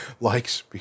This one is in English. likes